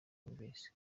yumvise